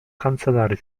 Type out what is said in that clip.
kancelarii